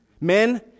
Men